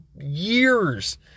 years